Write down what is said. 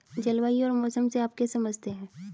जलवायु और मौसम से आप क्या समझते हैं?